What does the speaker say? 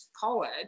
college